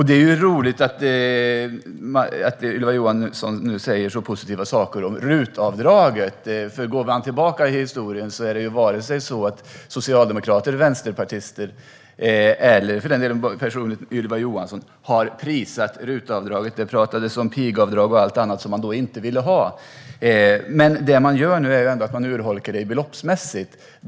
Det är roligt att Ylva Johansson nu säger så positiva saker om RUT-avdraget, för går man tillbaka i historien har varken socialdemokrater, vänsterpartister eller för den delen Ylva Johansson personligen prisat RUT-avdraget. Det pratades om pigavdrag och allt annat, som man då inte ville ha. Men det man gör nu är ändå att man urholkar det beloppsmässigt.